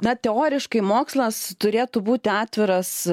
na teoriškai mokslas turėtų būti atviras